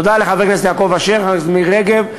תודה לחבר הכנסת יעקב אשר ולחברת הכנסת מירי רגב,